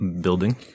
building